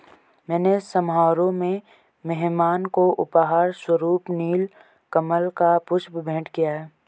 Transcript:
मैंने समारोह में मेहमान को उपहार स्वरुप नील कमल का पुष्प भेंट किया